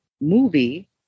movie